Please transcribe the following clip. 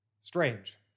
Strange